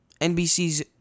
NBC's